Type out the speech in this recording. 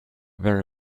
very